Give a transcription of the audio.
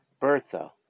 Bertha